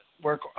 work